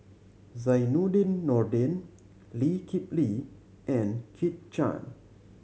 Zainudin Nordin Lee Kip Lee and Kit Chan